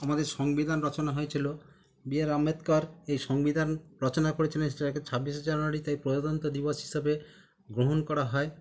আমাদের সংবিধান রচনা হয়েছিল বি আর আম্বেদকর এই সংবিধান রচনা করেছিলেন সেটাকে ছাব্বিশে জানুয়ারি তাই প্রজাতন্ত্র দিবস হিসাবে গ্রহণ করা হয়